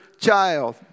child